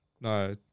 no